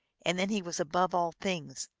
and then he was above all things.